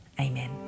amen